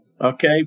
Okay